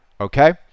okay